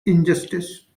injustice